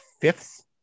fifth